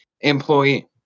employee